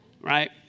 right